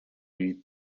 nuits